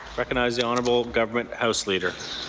recognize the honourable government house leader.